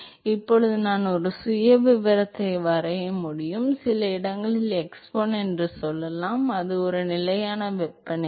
எனவே இப்போது நான் ஒரு சுயவிவரத்தை வரைய முடியும் எனவே சில இடத்தில் x1 என்று சொல்லலாம் அது ஒரு நிலையான வெப்பநிலை